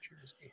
jersey